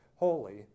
Holy